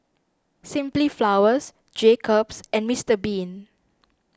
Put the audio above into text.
Simply Flowers Jacob's and Mister Bean